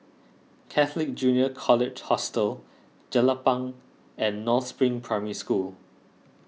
Catholic Junior College Hostel Jelapang and North Spring Primary School